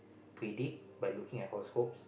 predict by looking at horoscopes